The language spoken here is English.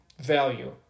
Value